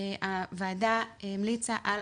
הוועדה המליצה על